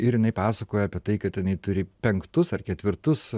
ir jinai pasakoja apie tai kad jinai turi penktus ar ketvirtus